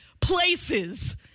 places